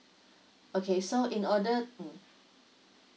okay so in order